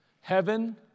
Heaven